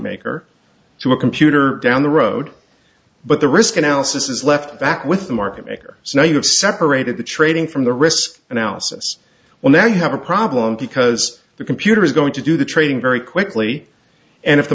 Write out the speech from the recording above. maker to a computer down the road but the risk analysis is left back with the market maker so now you have separated the trading from the risk analysis well now you have a problem because the computer is going to do the trading very quickly and if the